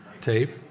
tape